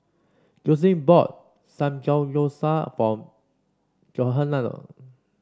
Joslyn bought Samgeyopsal for Johnathon